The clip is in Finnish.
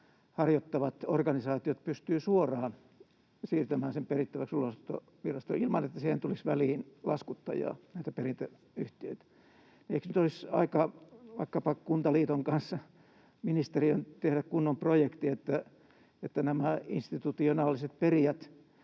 harjoittavat organisaatiot pystyvät suoraan siirtämään sen perittäväksi ulosottovirastoon ilman, että siihen tulisi väliin laskuttajaa, näitä perintäyhtiöitä. Eikö nyt olisi aika vaikkapa Kuntaliiton kanssa ministeriön tehdä kunnon projekti, että nämä institutionaaliset perijät